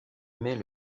met